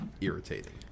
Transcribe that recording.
irritating